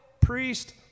priest